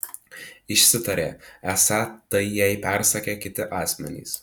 išsitarė esą tai jai persakę kiti asmenys